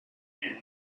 and